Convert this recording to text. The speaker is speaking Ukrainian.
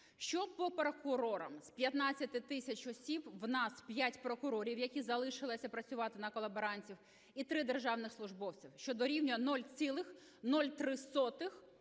Що по прокурорам. З 15 тисяч осіб в нас п'ять прокурорів, які залишилися працювати на колаборантів, і три державних службовців, що дорівняє 0,03